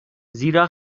زیرا